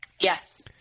Yes